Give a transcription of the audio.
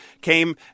came